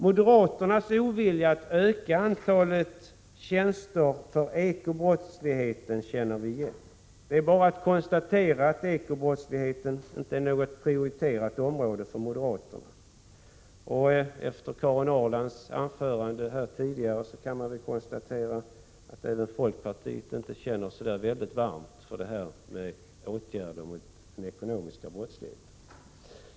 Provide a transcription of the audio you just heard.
Moderaternas ovilja att öka antalet tjänster för bekämpning av ekobrottsligheten känner vi igen. Det är bara att konstatera att ekobrottsligheten inte är något prioriterat område för moderaterna. Efter Karin Ahrlands anförande kan man konstatera att även folkpartiet inte känner så varmt för åtgärder mot den ekonomiska brottsligheten.